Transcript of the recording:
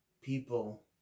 people